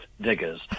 diggers